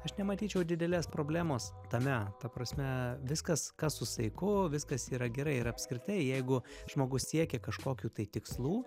aš nematyčiau didelės problemos tame ta prasme viskas kas su saiku viskas yra gerai ir apskritai jeigu žmogus siekia kažkokių tai tikslų